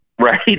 Right